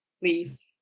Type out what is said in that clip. please